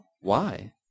Why